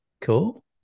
Cool